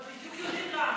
את כן יודעת למה,